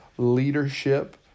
Leadership